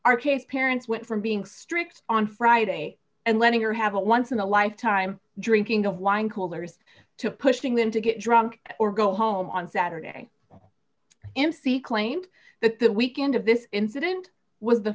k parents went from being strict on friday and letting her have a once in a lifetime drinking of wine coolers to pushing them to get drunk or go home on saturday insee claimed that the weekend of this incident was the